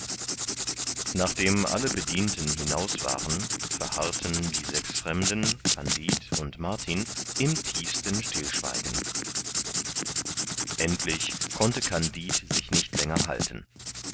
nachdem alle bedienten hinaus waren verharrten die sechs fremden kandid und martin im tiefsten stillschweigen endlich konnte kandid sich nicht länger halten